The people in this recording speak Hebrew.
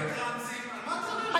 ואינני נזקקת,